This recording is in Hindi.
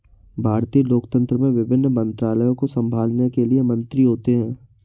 भारतीय लोकतंत्र में विभिन्न मंत्रालयों को संभालने के लिए मंत्री होते हैं